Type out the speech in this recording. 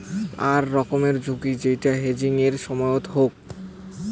আক রকমের ঝুঁকি যেইটা হেজিংয়ের সময়ত হউক